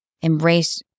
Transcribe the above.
Embrace